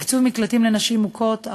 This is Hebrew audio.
תקצוב מקלטים לנשים מוכות,